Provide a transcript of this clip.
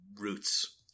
roots